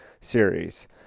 series